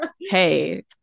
Hey